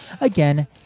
again